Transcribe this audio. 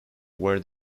where